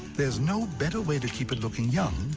there's no better way to keep it looking young.